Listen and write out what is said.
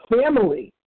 family